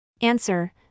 Answer